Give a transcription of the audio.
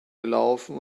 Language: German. gelaufen